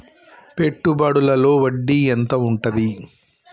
పెట్టుబడుల లో వడ్డీ ఎంత ఉంటది?